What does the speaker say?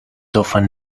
often